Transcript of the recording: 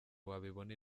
wabibona